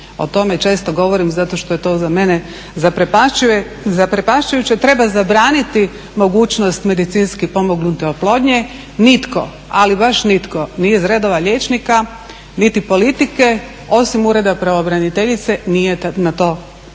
o tome često govorim zato što je to za mene zaprepašćujuće treba zabraniti mogućnost medicinski pomognute oplodnje. Nitko, ali baš nitko ni iz redova liječnika, niti politike osim ureda pravobraniteljice nije na to reagirao.